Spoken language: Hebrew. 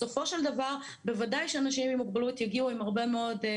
אז בסופו של דבר בוודאי שאנשים עם מוגבלויות יגיעו עם טענות.